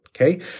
Okay